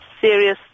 serious